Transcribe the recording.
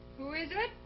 who is it?